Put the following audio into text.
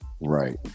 right